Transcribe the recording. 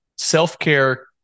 Self-care